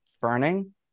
burning